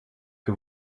que